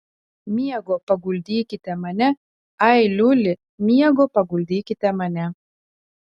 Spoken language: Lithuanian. miego paguldykite mane ai liuli miego paguldykite mane